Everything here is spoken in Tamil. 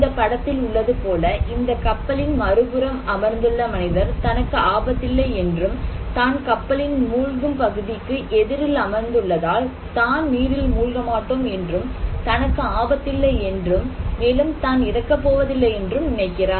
இந்த படத்தில் உள்ளது போல இந்த கப்பலின் மறுபுறம் அமர்ந்துள்ள மனிதர் தனக்கு ஆபத்து இல்லை என்றும் தான் கப்பலின் மூல்கும் பகுதிக்கு எதிரில் அமர்ந்து உள்ளதால் தான் நீரில் மூழ்க மாட்டோம் என்றும் தனக்கு ஆபத்து இல்லை என்றும் மேலும் தான் இறக்க போவதில்லை என்றும் நினைக்கிறார்